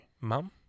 mum